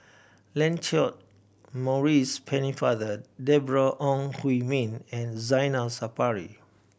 Lancelot Maurice Pennefather Deborah Ong Hui Min and Zainal Sapari